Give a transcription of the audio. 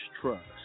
trust